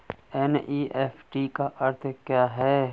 NEFT का अर्थ क्या है?